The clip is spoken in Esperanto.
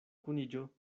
kuniĝo